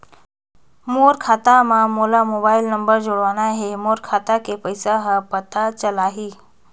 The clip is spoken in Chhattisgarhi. मोर खाता मां मोला मोबाइल नंबर जोड़वाना हे मोर खाता के पइसा ह पता चलाही?